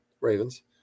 Ravens